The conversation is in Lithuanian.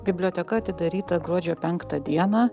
biblioteka atidaryta gruodžio penktą dieną